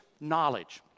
knowledge